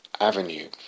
avenue